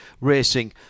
racing